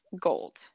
gold